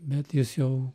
bet jis jau